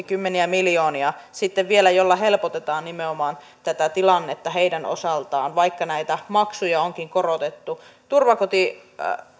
kymmeniä miljoonia jolla helpotetaan tilannetta nimenomaan heidän osaltaan vaikka näitä maksuja onkin korotettu